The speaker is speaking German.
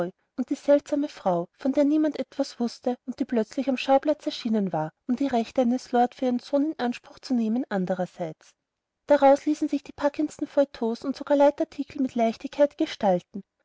und die seltsame frau von der niemand etwas wußte und die plötzlich auf dem schauplatz erschienen war um die rechte eines lord fauntleroy für ihren sohn in anspruch zu nehmen andrerseits daraus ließen sich die packendsten feuilletons und sogar leitartikel mit leichtigkeit gestalten